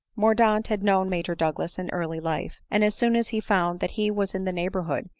mordaunt had known major douglas in early life and as soon as he found that he was in the neighborhood,